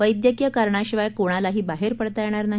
वैद्यकीय कारनाशिवाय कोणतीही बाहेर पडता येणार नाही